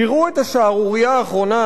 תראו את השערורייה האחרונה,